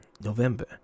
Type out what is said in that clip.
November